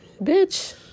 bitch